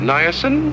Niacin